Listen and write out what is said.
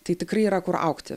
tai tikrai yra kur augti